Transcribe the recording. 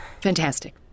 Fantastic